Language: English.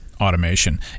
automation